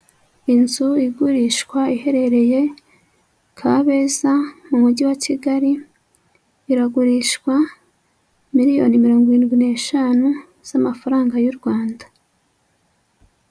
Inzu igurishwa iherereye Kabeza mu mujyi wa Kigali iragurishwa miliyoni mirongo irindwi n'eshanu z'amafaranga y'u Rwanda.